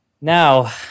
Now